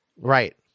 Right